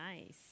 nice